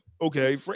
okay